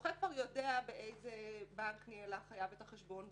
הזוכה כבר יודע באיזה בנק ניהל החייב את החשבון,